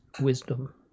wisdom